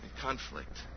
conflict